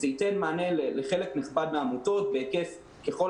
זה ייתן מענה לחלק נכבד מהעמותות בהיקף שהוא ככל